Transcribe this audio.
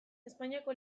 espainiako